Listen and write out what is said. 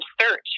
search